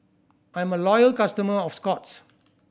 I'm a loyal customer of Scott's